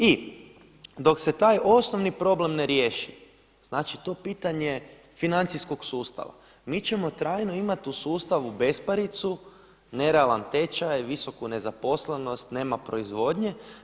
I dok se taj osnovni problem ne riješi, znači to pitanje financijskog sustava mi ćemo trajno imati u sustavu besparicu, nerealan tečaj, visoku nezaposlenost, nema proizvodnje.